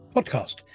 Podcast